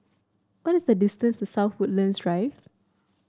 what is the distance South Woodlands Drive